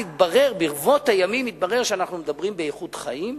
ברבות הימים התברר שאנחנו מדברים באיכות חיים,